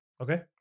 Okay